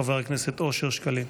חבר הכנסת אושר שקלים.